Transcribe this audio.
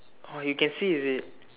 oh you can see is it